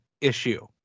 issue